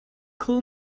call